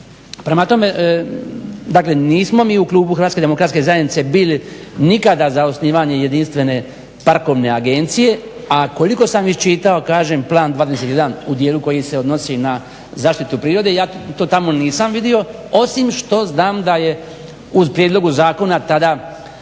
Prema tome dakle nismo mi u Klubu DHZ-a bili nikada za osnivanje jedinstvene parkovne agencije a koliko sam iščitao kažem Plan 21 u dijelu koji se odnosi na Zaštitu prirode, ja to tamo nisam vidio osim što znam da je u prijedlogu zakona tada